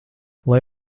lai